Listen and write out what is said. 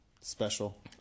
special